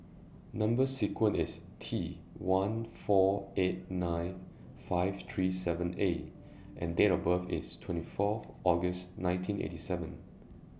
Number sequence IS T one four eight nine five three seven A and Date of birth IS twenty Fourth August nineteen eighty seven